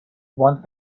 one